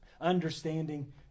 understanding